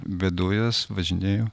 vedu jas važinėju